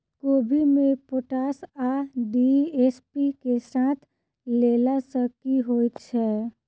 कोबी मे पोटाश आ डी.ए.पी साथ मे देला सऽ की होइ छै?